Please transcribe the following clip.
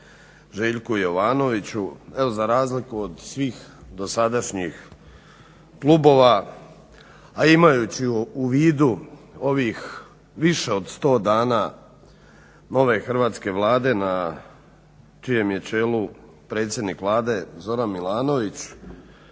Željku Jovanoviću jer za razliku od svih dosadašnjih klubova, a imajući u vidu ovih više od 100 dana nove Hrvatske vlade na čijem je čelu predsjednik Vlade Zoran Milanović